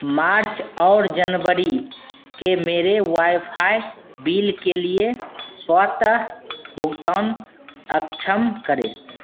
मार्च और जनवरी के मेरे वाईफ़ाई बिल के लिए स्वतः भुगतान अक्षम करें